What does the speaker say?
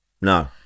No